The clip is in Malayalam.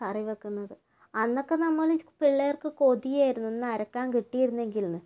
കറി വയ്ക്കുന്നത് അന്നൊക്കെ നമ്മൾ പിള്ളേർക്ക് കൊതിയായിരുന്നു ഒന്നരയ്ക്കാൻ കിട്ടിയിരുന്നെങ്കിലെന്ന്